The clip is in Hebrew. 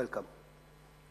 welcome.